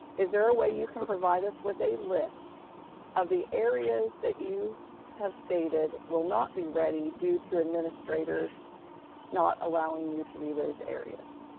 is there a way you can provide us with a list of the areas that you have stated will not be ready due to administrators not allowing you to do those areas?